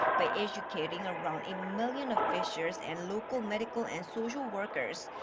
by educating around a million officials and local medical and social workers.